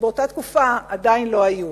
שבאותה תקופה עדיין לא היו.